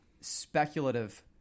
Speculative